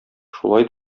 шулай